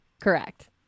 Correct